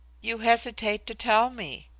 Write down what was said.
you hesitate to tell me.